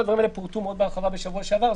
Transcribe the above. כל הדברים האלה פורטו מאוד בהרחבה בשבוע שעבר.